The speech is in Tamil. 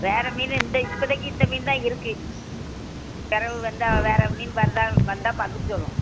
வேற மீன் என்கிட்ட இப்போதிக்கி இந்த மீன் தான் இருக்குது பெறகு வந்தால் வேற மீன் வருதா வந்தால் பார்த்துட்டு சொல்கிறோம்